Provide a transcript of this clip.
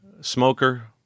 smoker